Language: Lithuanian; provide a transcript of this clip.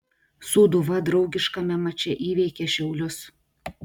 sūduva draugiškame mače įveikė šiaulius